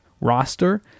roster